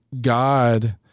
God